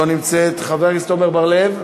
לא נמצאת, חבר הכנסת עמר בר-לב,